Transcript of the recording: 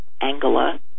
Angela